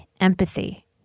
empathy